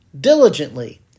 diligently